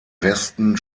westen